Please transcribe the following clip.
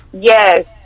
Yes